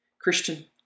Christian